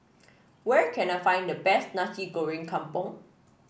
where can I find the best Nasi Goreng Kampung